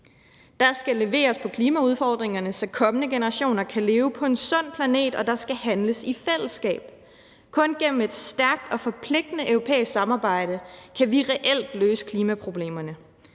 Der skal leveres på klimaudfordringerne, så kommende generationer kan leve på en sund planet, og der skal handles i fællesskab. Kun gennem et stærkt og forpligtende europæisk samarbejde kan vi reelt løse klimaproblemerne.